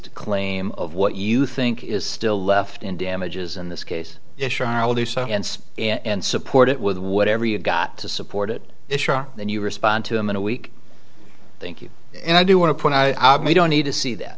d claim of what you think is still left in damages in this case and support it with whatever you've got to support it issue then you respond to them in a week thank you and i do want to point out i don't need to see that